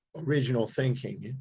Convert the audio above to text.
original thinking,